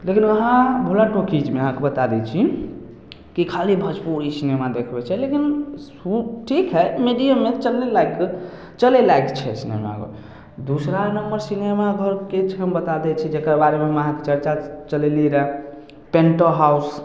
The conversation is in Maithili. लेकिन वहाँ भोला टाॅकिजमे अहाँके बता दै छी कि खाली भजपुरी सिनेमा देखबै छै लेकिन ओ ठीक हइ मिडियममे चलने लायक चले लाइक छै सिनेमाघर दूसरा नम्बर सिनेमाघरके छै हम बता दै छी जेकर बारेमे हम अहाँके चर्चा चलयली रए पेंटो हाउस